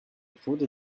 food